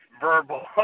verbal